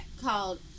called